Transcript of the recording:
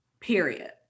Period